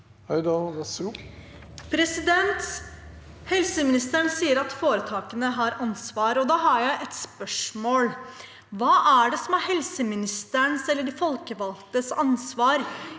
Helseministeren sier at foretakene har ansvar. Da har jeg et spørsmål: Hva er det som er helseministerens eller de folkevalgtes ansvar